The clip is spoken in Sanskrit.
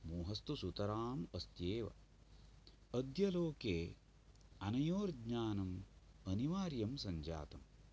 मोहस्तु सुतराम् अस्त्येव अद्य लोके अनयोर्ज्ञानम् अनिवार्यं सञ्जातं